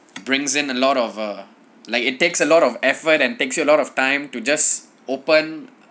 brings in a lot of err like it takes a lot of effort and takes you a lot of time to just open